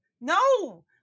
No